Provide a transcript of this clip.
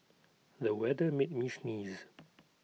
the weather made me sneeze